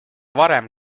varem